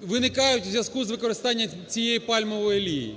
виникають у зв'язку з використанням цієї пальмової олії.